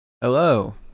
Hello